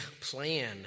plan